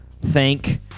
thank